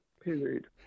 period